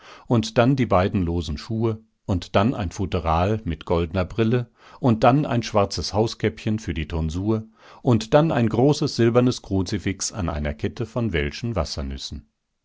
und dann die beiden losen schuhe und dann ein futteral mit goldener brille und dann ein schwarzes hauskäppchen für die tonsur und dann ein großes silbernes kruzifix an einer kette von welschen wassernüssen